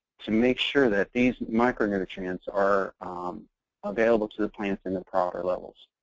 to make sure that these micro nutrients are available to the plants in the proper levels.